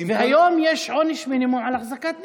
והיום יש עונש מינימום על החזקת נשק.